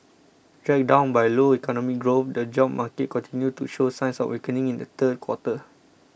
dragged down by low economic growth the job market continued to show signs of weakening in the third quarter